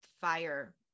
fire